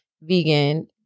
vegan